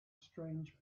strange